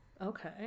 okay